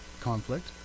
conflict